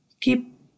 keep